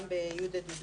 גם בכיתה י' עד י"ב.